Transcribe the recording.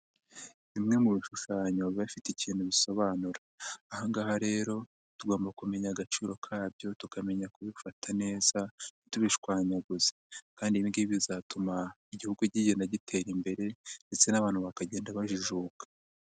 Bimwe mu bishushanyo biba bifite ikintu bisobanura, aha ngaha rero tugomba kumenya agaciro kabyo tukamenya kubifata neza ntitubishwanyaguze kandi ibi ngibi bizatuma Igihugu kigenda gitera imbere ndetse n'abantu bakagenda bajijuka.